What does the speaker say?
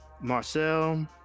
Marcel